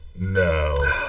No